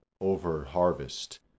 over-harvest